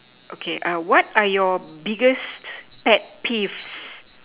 okay err what are your biggest pet peeve